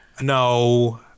No